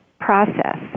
process